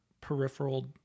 peripheral